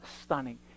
stunning